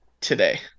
today